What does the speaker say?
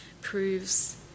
proves